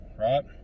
right